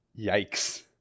Yikes